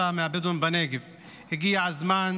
ולפני זה הרסו בערערה בנגב אצל משפחת אל-ע'ול,